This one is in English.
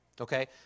Okay